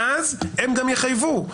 ואז הם גם יחייבו,